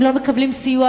הם לא מקבלים סיוע,